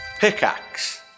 Pickaxe